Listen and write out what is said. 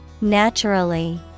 Naturally